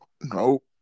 Nope